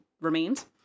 remains